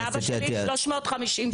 אני שילמתי לאבא שלי 350 שקל.